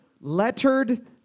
lettered